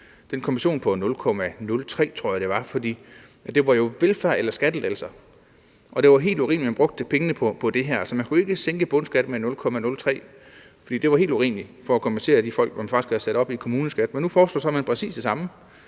den kompensation på 0,03 pct. skulle ud. For det var jo velfærd eller skattelettelser, og det var helt urimeligt, at man brugte pengene på det her. Så man skulle ikke sænke bundskatten med 0,03 pct., for det var helt urimeligt at gøre det for at kompensere de folk, der faktisk var blevet sat op i kommuneskat. Men nu foreslår man så præcis det samme.